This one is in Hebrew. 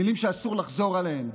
מילים שאסור לחזור עליהן.